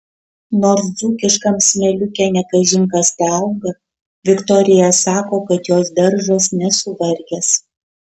nors dzūkiškam smėliuke ne kažin kas teauga viktorija sako kad jos daržas nesuvargęs